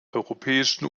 europäischen